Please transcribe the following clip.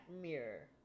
mirror